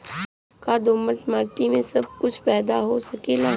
का दोमट माटी में सबही कुछ पैदा हो सकेला?